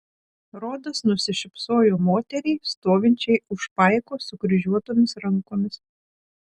rodas nusišypsojo moteriai stovinčiai už paiko sukryžiuotomis rankomis